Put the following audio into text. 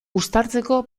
uztartzeko